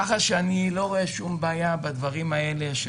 כך שאני לא רואה שום בעיה בדברים האלה,